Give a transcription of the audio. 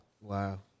Wow